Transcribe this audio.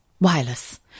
wireless